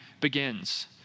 begins